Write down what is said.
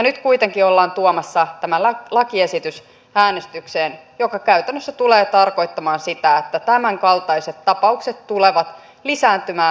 nyt kuitenkin ollaan tuomassa tämä lakiesitys äänestykseen joka käytännössä tulee tarkoittamaan sitä että tämänkaltaiset tapaukset tulevat lisääntymään